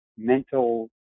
mental